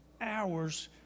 hours